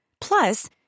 Plus